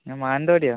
ഞാൻ മാനന്തവാടിയാണ്